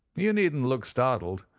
you needn't look startled.